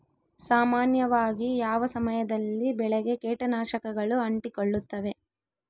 ಸಾಮಾನ್ಯವಾಗಿ ಯಾವ ಸಮಯದಲ್ಲಿ ಬೆಳೆಗೆ ಕೇಟನಾಶಕಗಳು ಅಂಟಿಕೊಳ್ಳುತ್ತವೆ?